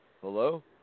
Hello